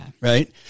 Right